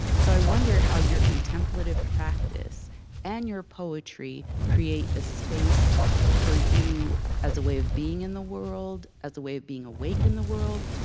so i wonder how your contemplative practice and your poetry create a space for you as a way of being in the world, as a way of being awake in the world,